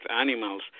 animals